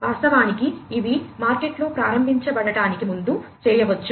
వాస్తవానికి ఇవి మార్కెట్లో ప్రారంభించబడటానికి ముందు చేయవచ్చు